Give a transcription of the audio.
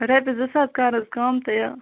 رۄپیَِس زٕ ساس کر حظ کَم تہٕ یہِ